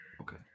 Okay